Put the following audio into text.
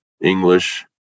English